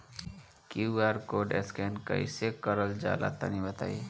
QR code scan कैसे क़रल जला तनि बताई?